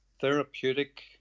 therapeutic